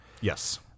Yes